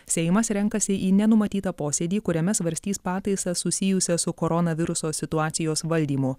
seimas renkasi į nenumatytą posėdį kuriame svarstys pataisas susijusias su koronaviruso situacijos valdymu